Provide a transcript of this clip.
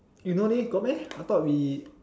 you no need go meh I thought we